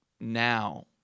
now